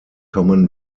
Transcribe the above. common